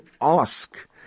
ask